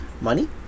money